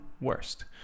worst